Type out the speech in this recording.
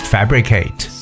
Fabricate